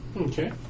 Okay